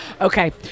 Okay